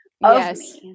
yes